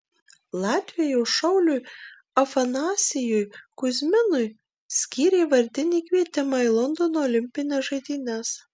latvijos šauliui afanasijui kuzminui skyrė vardinį kvietimą į londono olimpines žaidynes